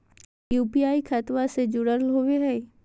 UPI खतबा से जुरल होवे हय?